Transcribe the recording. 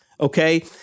okay